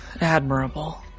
admirable